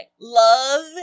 love